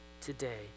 today